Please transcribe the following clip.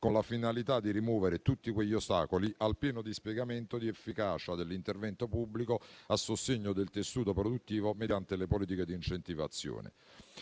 con la finalità di rimuovere tutti quegli ostacoli al pieno dispiegamento di efficacia dell'intervento pubblico a sostegno del tessuto produttivo mediante le politiche di incentivazione.